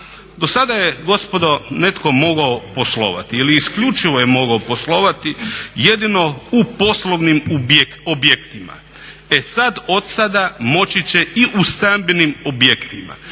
Do sada je gospodo netko mogao poslovati ili isključivo je mogao poslovati jedino u poslovnim objektima. E sada od sada moći će i u stambenim objektima.